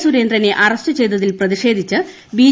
സുരേന്ദ്രനെ അറസ്റ്റ് ചെയ്തതിൽ പ്രതിഷേധിച്ച് ബി